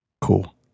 Cool